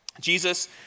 Jesus